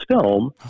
film